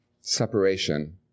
separation